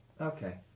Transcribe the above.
Okay